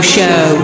Show